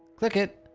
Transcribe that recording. click it,